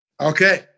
Okay